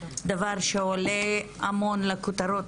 דבר שעולה המון לכותרות